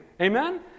Amen